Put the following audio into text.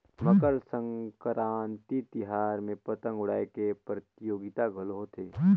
मकर संकरांति तिहार में पतंग उड़ाए के परतियोगिता घलो होथे